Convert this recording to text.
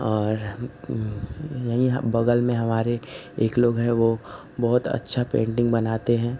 और यहीं बगल में हमारे एक लोग हैं वो बहुत अच्छा पेंटिंग बनाते हैं